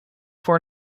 for